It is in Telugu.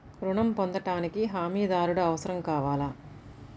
ఋణం పొందటానికి హమీదారుడు అవసరం కావాలా?